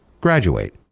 graduate